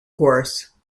course